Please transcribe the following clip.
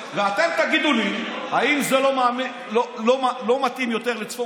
ותגידו לי אם זה לא מתאים יותר לצפון